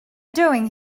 doing